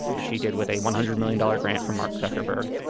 which he did with a one hundred million dollar grant from mark zuckerberg.